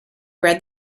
read